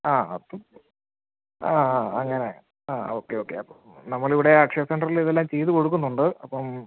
ആ അപ്പം ആ ആ അങ്ങനെ ആ ഓക്കേ ഓക്കേ അപ്പം നമ്മളിവിടെ അക്ഷയ സെൻറ്ററിൽ ഇതെല്ലാം ചെയ്ത് കൊടുക്കുന്നുണ്ട് അപ്പം